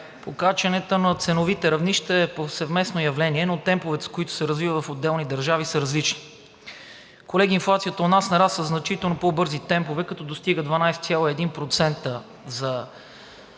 Покачванията на ценовите равнища е повсеместно явление, но темповете, с които се развива в отделни държави, са различни. Колеги, инфлацията у нас нараства със значително по-бързи темпове, като достига 12,1% за